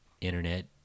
internet